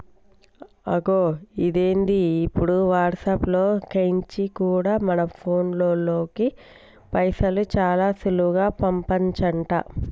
అగొ ఇదేంది ఇప్పుడు వాట్సాప్ లో కెంచి కూడా మన ఫోన్ పేలోకి పైసలు చాలా సులువుగా పంపచంట